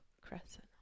Crescent